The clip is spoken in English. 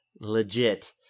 legit